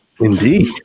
Indeed